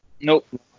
Nope